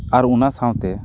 ᱟᱨ ᱚᱱᱟ ᱥᱟᱶᱛᱮ